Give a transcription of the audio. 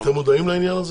אתם מודעים לעניין הזה?